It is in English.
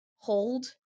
Hold